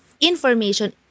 information